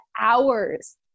hours